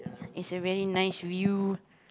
it's a very nice view